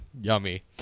Yummy